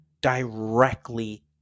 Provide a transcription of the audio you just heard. Directly